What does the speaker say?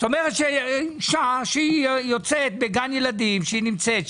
זאת אומרת שאישה שהיא בגן ילדים שהיא נמצאת,